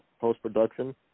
post-production